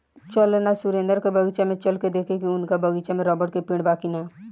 चल ना सुरेंद्र के बगीचा में चल के देखेके की उनका बगीचा में रबड़ के पेड़ बा की ना